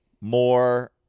more